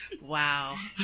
Wow